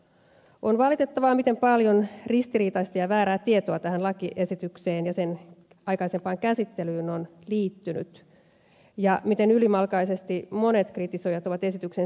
on valitettavaa miten paljon ristiriitaista ja väärää tietoa tähän lakiesitykseen ja sen aikaisempaan käsittelyyn on liittynyt ja miten ylimalkaisesti monet kritisoijat ovat esityksen sisältöön puuttuneet